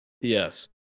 Yes